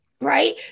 Right